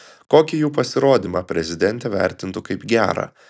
kokį jų pasirodymą prezidentė vertintų kaip gerą